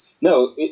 No